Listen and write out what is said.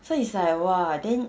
so it's like !wah! then